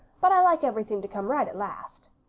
but i like everything to come right at last.